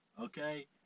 Okay